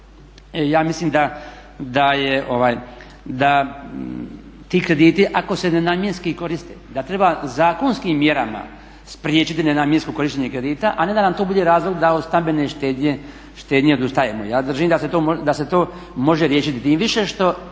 ja mislim da ti krediti ako se nenamjenski koriste da treba zakonskim mjerama spriječiti nenamjensko korištenje kredita, a ne da nam to bude razlog da od stambene štednje odustajemo. Ja držim da se to može riješiti. Tim više što